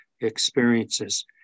experiences